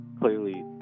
clearly